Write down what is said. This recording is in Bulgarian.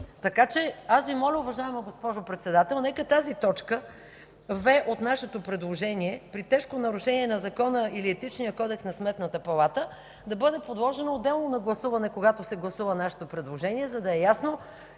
така че аз Ви моля, уважаема госпожо Председател, нека тази точка „в” от нашето предложение – „при тежко нарушение на Закона или Етичния кодекс на Сметната палата”, да бъде подложено отделно на гласуване, когато се гласува нашето предложение, за да е ясно